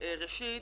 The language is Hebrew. ראשית,